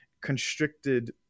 constricted